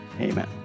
Amen